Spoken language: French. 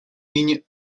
ligne